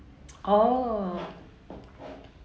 oh